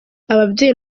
ababyeyi